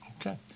Okay